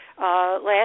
last